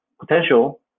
potential